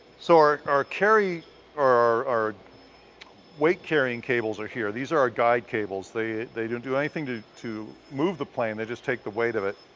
so our our carry our weight carrying cables are here. these are our guide cables. they they don't do anything to to move the plane, they just take the weight of it.